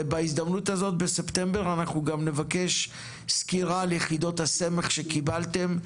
ובהזדמנות הזאת בספטמבר אנחנו גם נבקש סקירה על יחידות הסמך שקיבלתם,